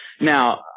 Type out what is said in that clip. now